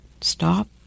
stop